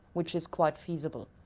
which is quite feasible.